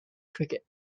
cricket